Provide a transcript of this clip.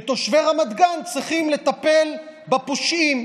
ותושבי רמת גן צריכים לטפל בפושעים.